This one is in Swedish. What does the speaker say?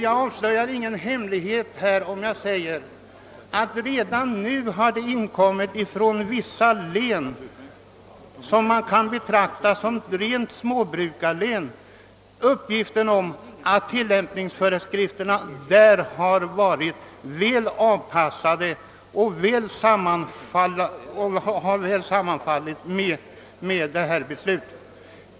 Jag avslöjar ingen hemlighet om jag säger att det redan från vissa län som man kan betrakta som rena småbrukarlän har meddelats att tillämpningsföreskrifterna varit väl avpassade och sammanfallit med det beslut som riksdagen fattade.